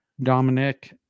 Dominic